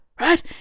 Right